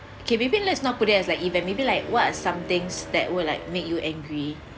okay maybe lets not put it as like event maybe like what are some things that were like make you angry